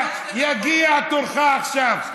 יגיע תורך עכשיו.